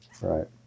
Right